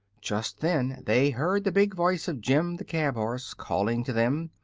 just then they heard the big voice of jim the cab-horse calling to them,